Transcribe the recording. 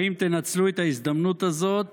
האם תנצלו את ההזדמנות הזאת